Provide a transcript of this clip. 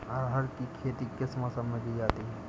अरहर की खेती किस मौसम में की जाती है?